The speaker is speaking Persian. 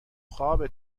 خوابه